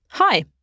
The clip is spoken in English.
Hi